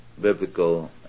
biblical